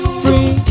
free